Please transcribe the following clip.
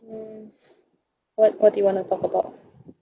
mm what what do you wanna talk about